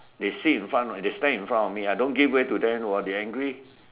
they sit in front or they stand in front of me I don't give way to them !wah! they angry